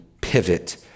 pivot